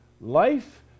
Life